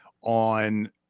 on